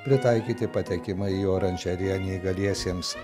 pritaikyti patekimą į oranžeriją neįgaliesiems